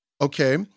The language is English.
okay